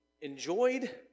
enjoyed